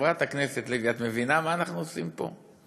חברת הכנסת לוי, את מבינה מה אנחנו עושים פה?